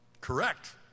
correct